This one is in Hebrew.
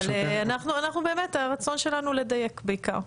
אבל אנחנו באמת הרצון שלנו לדייק בעיקר.